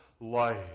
life